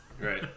Right